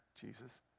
Jesus